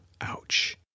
Ouch